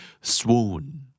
swoon